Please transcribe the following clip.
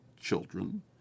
children